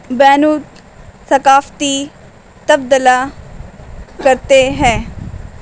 بین الثقافتی تبادلا کرتے ہیں